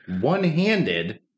one-handed